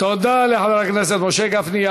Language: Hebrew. תודה לחבר הכנסת משה גפני.